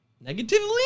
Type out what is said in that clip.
negatively